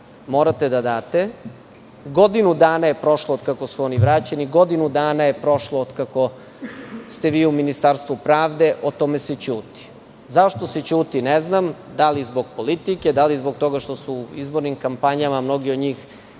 morate da date. Godinu dana je prošlo od kako su oni vraćeni, godinu dana je prošlo od kako ste vi u Ministarstvu pravde, o tome se ćuti. Zašto se ćuti, ne znam? Da li zbog politike, da li zbog toga što su u izbornim kampanja mnogi od njih